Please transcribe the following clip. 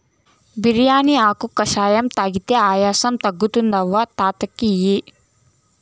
బిర్యానీ ఆకు కషాయం తాగితే ఆయాసం తగ్గుతుంది అవ్వ తాత కియి